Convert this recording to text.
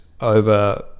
over